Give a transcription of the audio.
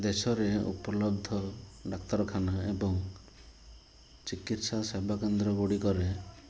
ଦେଶରେ ଉପଲବ୍ଧ ଡାକ୍ତରଖାନା ଏବଂ ଚିକିତ୍ସା ସେବା କେନ୍ଦ୍ର ଗୁଡ଼ିକରେ